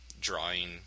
drawing